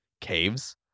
caves